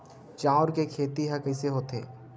चांउर के खेती ह कइसे होथे?